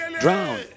Drown